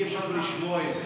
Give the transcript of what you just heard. אי-אפשר שלא לשמוע את זה.